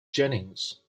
jennings